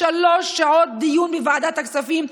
שלוש שעות דיון בוועדת הכספים,